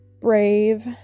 brave